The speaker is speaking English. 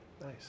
Nice